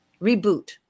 reboot